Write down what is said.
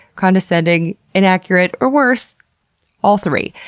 condescending, inaccurate, or worse all three.